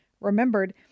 remembered